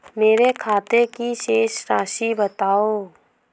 मेरे खाते की शेष राशि बताओ?